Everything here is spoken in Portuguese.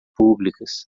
públicas